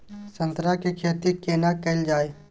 संतरा के खेती केना कैल जाय?